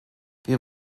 wir